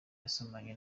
yasomanye